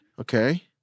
Okay